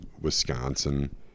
Wisconsin